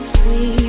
see